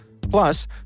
Plus